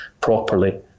properly